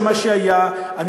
שהיה ב-2012,